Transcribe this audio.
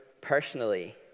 personally